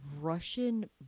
Russian